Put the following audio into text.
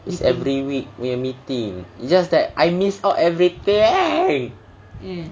is every week we have meeting is just that I miss out everything